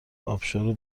ابشار